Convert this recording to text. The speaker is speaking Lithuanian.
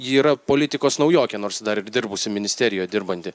ji yra politikos naujokė nors dar ir dirbusi ministerijoj dirbanti